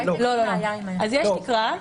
יש תקרה.